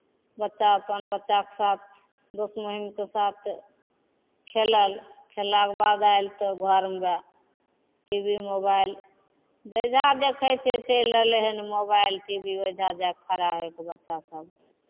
बच्चा अपन बच्चाके साथ दोस महीमके साथ खेलल खेललाके बाद आयल तऽ घरमे उएह टी वी मोबाइल जे जहाँ देखै छै चलि रहलै हन मोबाइल टी वी ओहिजा जा कऽ खड़ा होय कऽ बच्चासभ